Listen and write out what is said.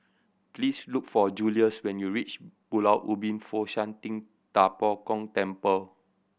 please look for Julius when you reach Pulau Ubin Fo Shan Ting Da Bo Gong Temple